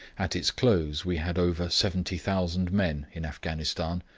at its close we had over seventy thousand men in afghanistan,